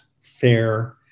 fair